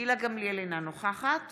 גילה גמליאל, אינה נוכחת